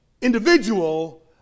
individual